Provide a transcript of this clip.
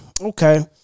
Okay